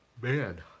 Man